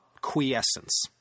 quiescence